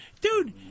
dude